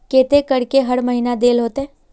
केते करके हर महीना देल होते?